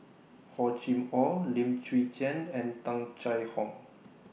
Hor Chim Or Lim Chwee Chian and Tung Chye Hong